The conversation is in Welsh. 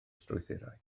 strwythurau